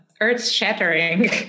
earth-shattering